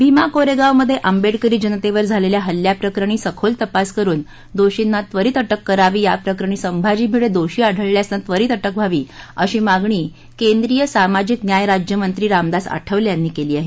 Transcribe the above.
भीमा कोरेगावमध्ये आंबेडकरी जनतेवर झालेल्या हल्ल्याप्रकरणी सखोल तपास करून दोषींना त्वरित अटक करावी याप्रकरणी संभाजी भिडे दोषी आढळल्यास त्यांना त्वरित अटक करावी अशी मागणी केंद्रीय सामाजिक न्याय राज्यमंत्री रामदास आठवले यांनी केली आहे